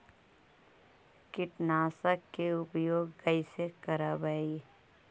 कीटनाशक के उपयोग कैसे करबइ?